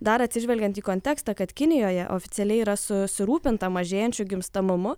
dar atsižvelgiant į kontekstą kad kinijoje oficialiai yra susirūpinta mažėjančiu gimstamumu